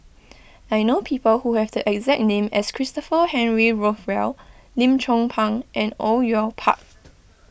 I know people who have the exact name as Christopher Henry Rothwell Lim Chong Pang and Au Yue Pak